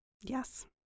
Yes